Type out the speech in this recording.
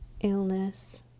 illness